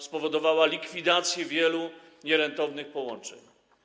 Spowodowała likwidację wielu nierentownych połączeń.